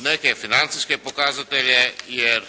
neke financijske pokazatelje jer